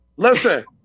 listen